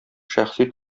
шәхси